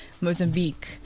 Mozambique